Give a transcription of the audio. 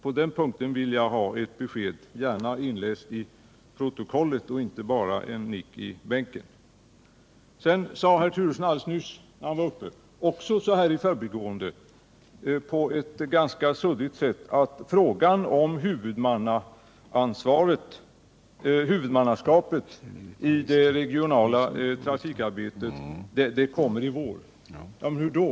På den punkten vill jag ha ett besked, gärna inläst till protokollet och inte bara en nick i bänken. Sedan sade herr Turesson också i förbigående och på ett ganska suddigt sätt att frågan om huvudmannaskapet i det regionala trafikarbetet kommer upp i vår. Hur då?